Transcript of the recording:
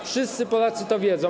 Wszyscy Polacy to wiedzą.